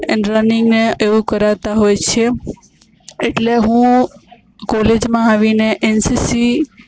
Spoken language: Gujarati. એન્ડ રનિંગ ને એવું કરાવતા હોય છે એટલે હું કોલેજમાં આવીને એનસીસી